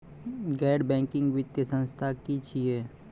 गैर बैंकिंग वित्तीय संस्था की छियै?